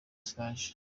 stage